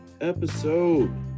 episode